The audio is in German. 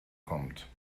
kommt